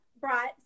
brought